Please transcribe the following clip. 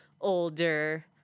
older